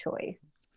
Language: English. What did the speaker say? choice